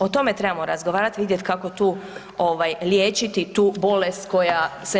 O tome trebamo razgovarat i vidjet kako liječiti tu bolest koja se